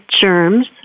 germs